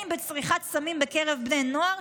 בין אם בצריכת סמים בקרב בני נוער,